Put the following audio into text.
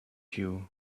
you